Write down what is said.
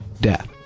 death